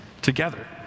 together